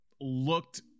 looked